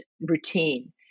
routine